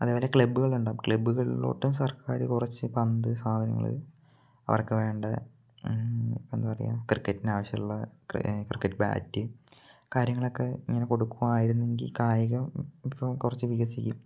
അതേപോലെ ക്ലബ്ബുകളൊണ്ടാവും ക്ലബ്ബുകളിലോട്ടും സർക്കാർ കുറച്ച് പന്ത് സാധനങ്ങൾ അവർക്ക് വേണ്ട എന്താ പറയാ ക്രിക്കറ്റിന് ആവശ്യമുള്ള ക്രിക്കറ്റ് ബാറ്റ് കാര്യങ്ങൾ ഒക്കെ ഇങ്ങനെ കൊടുക്കുമായിരുന്നെങ്കിൽ കായികം ഇപ്പം കുറച്ച് വികസിക്കും